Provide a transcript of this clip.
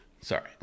Sorry